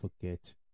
forget